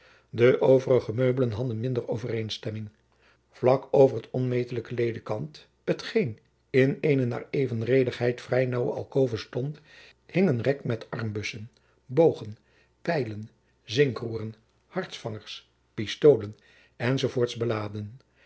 de overige meubelen hadden minder overeenstemming vlak over het onmetelijk ledekant t geen in eene naar evenredigheid vrij naauwe alkove stond hing een rek met armbussen bogen pijlen zinkroeren hartsvangers pistoolen enz beladen